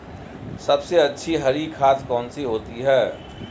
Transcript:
सबसे अच्छी हरी खाद कौन सी होती है?